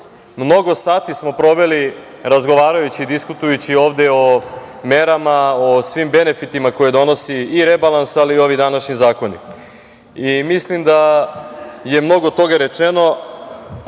mnogo sati smo proveli razgovarajući i diskutujući ovde o merama, o svim benefitima koje donosi i rebalans, ali i ovi današnji zakoni. Mislim da je mnogo toga